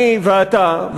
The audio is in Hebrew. אני ואתה,